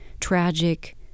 tragic